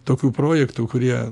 tokių projektų kurie